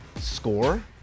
score